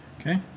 Okay